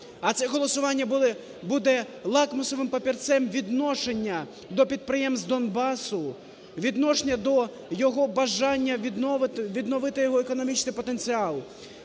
а це голосування буде лакмусовим папірцем відношення до підприємств Донбасу, відношення до його бажання відновити його економічний потенціал,